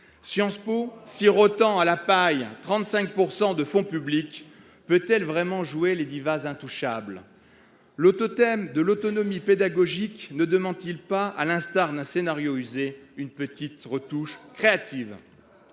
Sciences Po, sirotant avec une paille 35 % de fonds publics, peut elle vraiment jouer les divas intouchables ? Le totem de l’autonomie pédagogique ne demande t il pas, à l’instar d’un scénario usé, une petite retouche créative ?